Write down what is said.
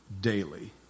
daily